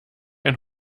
ein